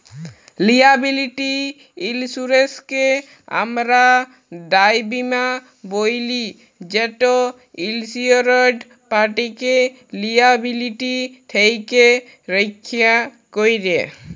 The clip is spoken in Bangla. লিয়াবিলিটি ইলসুরেলসকে আমরা দায় বীমা ব্যলি যেট ইলসিওরড পাটিকে লিয়াবিলিটি থ্যাকে রখ্যা ক্যরে